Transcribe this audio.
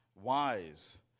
wise